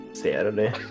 Saturday